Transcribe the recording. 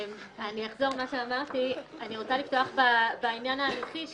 אני אחזור על מה שאמרתי: אני רוצה לפתוח בעניין ההליכי,